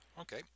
Okay